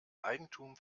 eigentum